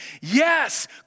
Yes